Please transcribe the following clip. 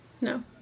No